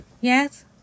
yes